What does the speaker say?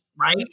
Right